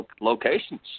locations